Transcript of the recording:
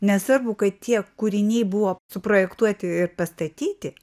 nesvarbu kad tie kūriniai buvo suprojektuoti ir pastatyti